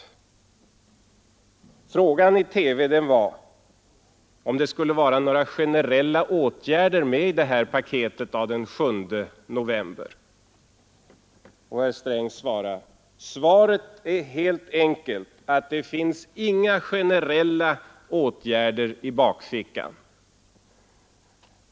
Frågan i TV var om det skulle vara några generella åtgärder med i paketet den 7 november. Herr Sträng svarade: Svaret är helt enkelt att det finns inga generella åtgärder i bakfickan.